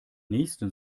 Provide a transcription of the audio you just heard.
nächsten